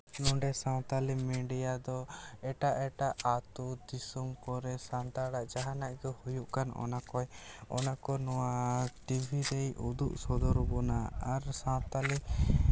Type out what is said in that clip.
ᱱᱚᱸᱰᱮ ᱥᱟᱶᱛᱟᱞᱤ ᱢᱤᱰᱤᱭᱟ ᱫᱚ ᱮᱴᱟᱜ ᱮᱴᱟᱜ ᱟᱹᱛᱩ ᱫᱤᱥᱚᱢ ᱠᱚᱨᱮ ᱥᱟᱱᱛᱟᱲᱟᱜ ᱡᱟᱦᱟᱸᱱᱟᱜ ᱜᱮ ᱦᱩᱭᱩᱜ ᱠᱟᱱ ᱚᱱᱟ ᱠᱚᱭ ᱚᱱᱟ ᱠᱚ ᱱᱚᱣᱟ ᱴᱤᱵᱷᱤ ᱨᱮᱭ ᱩᱫᱩᱜ ᱥᱚᱫᱚᱨ ᱟᱵᱚᱱᱟ ᱟᱨ ᱥᱟᱶᱛᱟᱞᱤ